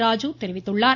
ராஜு தெரிவித்துள்ளார்